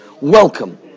welcome